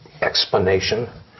explanation